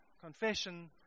Confession